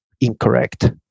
incorrect